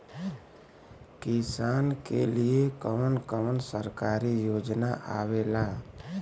किसान के लिए कवन कवन सरकारी योजना आवेला?